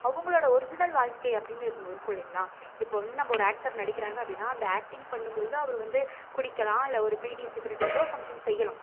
அவங்களோடய ஒரிஜினல் வாழ்க்கை அப்படினு ஒன்று இருக்கும் இல்லைங்களா இப்போ வந்து நம்ம ஒரு ஆக்டர் நடிக்கிறாங்க அப்படினா அந்த ஆக்டிங் பண்ணும்பொழுது அவர் வந்து குடிக்கலாம் இல்லை ஒரு பீடி சிகரெட்டு ஏதோ சம்திங் செய்யலாம்